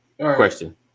Question